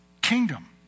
kingdom